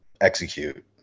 execute